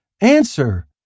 Answer